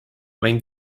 mein